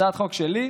הצעת חוק שלי,